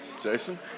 Jason